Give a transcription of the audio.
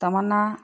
Tamannaah